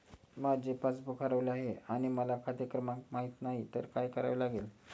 माझे पासबूक हरवले आहे आणि मला खाते क्रमांक माहित नाही तर काय करावे लागेल?